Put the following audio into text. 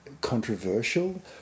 controversial